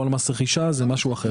ולא על מס רכישה; זה משהו אחר.